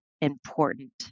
important